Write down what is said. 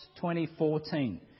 2014